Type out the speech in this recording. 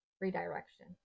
redirection